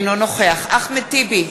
אינו נוכח אחמד טיבי,